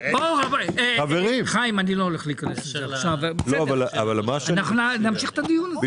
אמרו לנו מנהלי בתי ספר של הבנים שהם מבקשים